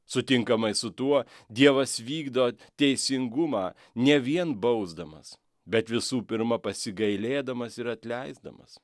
sutinkamai su tuo dievas vykdo teisingumą ne vien bausdamas bet visų pirma pasigailėdamas ir atleisdamas